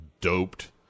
doped